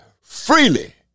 Freely